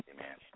Amen